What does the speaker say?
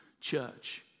church